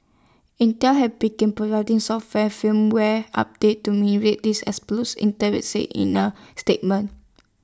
Intel have begin providing software and firmware update to mean way these exploits Intel said in A statement